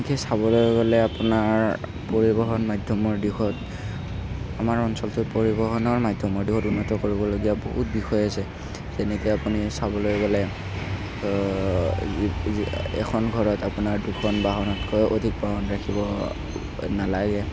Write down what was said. এনেকৈ চাবলৈ গ'লে আপোনাৰ পৰিবহণ মাধ্য়মৰ দিশত আমাৰ অঞ্চলটোত পৰিবহণৰ মাধ্য়মত বহুত উন্নত কৰিবলগীয়া বহুত বিষয় আছে যেনেকৈ আপুনি চাবলৈ গ'লে এখন ঘৰত আপোনাৰ দুখন বাহনতকৈ অধিক বাহন ৰাখিব নালাগে